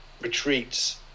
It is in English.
retreats